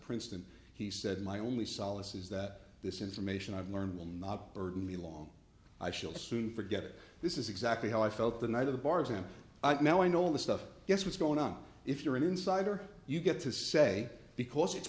princeton he said my only solace is that this information i've learned will not burden me long i shall soon forget it this is exactly how i felt the night of the bar exam i've now i know the stuff yes what's going on if you're an insider you get to say because it's